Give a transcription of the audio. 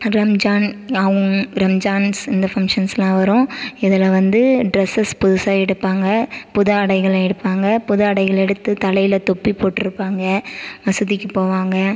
ரம்ஜான் ரம்ஜான்ஸ் இந்த ஃபங்ஷன்ஸ்லாம் வரும் இதில் வந்து ட்ரெஸ்ஸஸ் புதுசாக எடுப்பாங்க புது ஆடைகளை எடுப்பாங்க புது ஆடைகளை எடுத்துத் தலையில் தொப்பி போட்டுருப்பாங்க மசூதிக்குப் போவாங்க